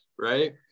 Right